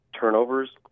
turnovers